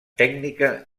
tècnica